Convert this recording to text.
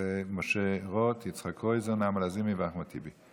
משה רוט, יצחק קרויזר, נעמה לזימי ואחמד טיבי.